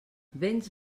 béns